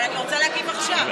אבל אני רוצה להגיב עכשיו.